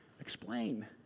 explain